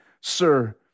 Sir